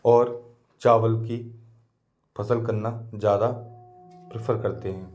और चावल की फ़सल करना ज़्यादा प्रेफर करते हैं